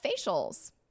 Facials